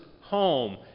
home